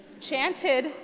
chanted